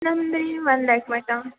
ನಮ್ದು